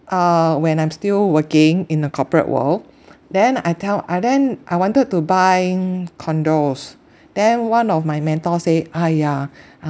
uh when I'm still working in the corporate world then I tell uh then I wanted to buy condos then one of my mentor said !aiya!